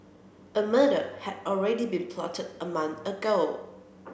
a murder had already been plotted a month ago